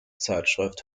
zeitschrift